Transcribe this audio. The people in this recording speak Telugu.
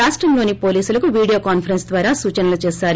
రాష్టంలోని పోలీసులకు వీడియో కాన్నరెన్స్ ద్వారా సూచనలు చేశారు